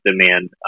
demand